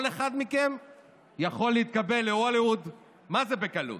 כל אחד מכם יכול להתקבל להוליווד מה זה בקלות.